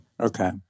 Okay